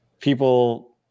people